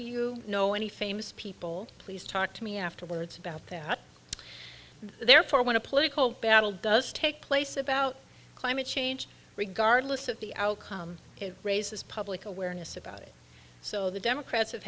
you know any famous people please talk to me afterwards about that therefore when a political battle does take place about climate change regardless of the outcome it raises public awareness about it so the democrats have